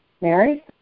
Mary